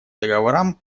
договорам